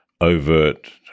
overt